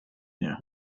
nie